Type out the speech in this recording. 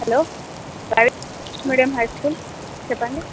hello Ravindra English medium high school చెప్పండి